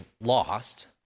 lost